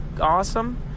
awesome